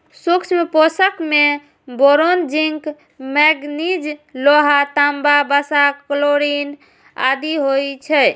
सूक्ष्म पोषक मे बोरोन, जिंक, मैगनीज, लोहा, तांबा, वसा, क्लोरिन आदि होइ छै